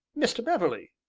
mr. beverley,